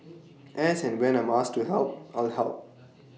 as and when I'm asked to help I'll help